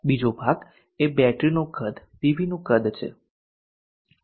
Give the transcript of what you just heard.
બીજો ભાગ એ બેટરીનું કદ પીવીનું કદ છે